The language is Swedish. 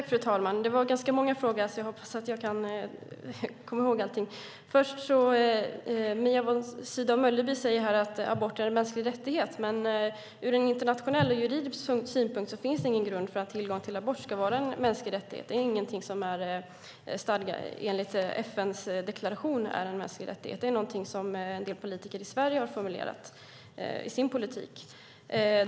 Fru talman! Det var ganska många frågor, så jag hoppas att jag kan komma ihåg alla. Mia Sydow Mölleby säger att abort är en mänsklig rättighet, men ur internationell och juridisk synpunkt finns det ingen grund för att tillgång till abort ska vara en mänsklig rättighet. Det är ingenting som enligt FN:s deklaration är en mänsklig rättighet, utan det är någonting som en del politiker i Sverige har formulerat i sin politik.